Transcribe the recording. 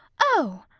oh!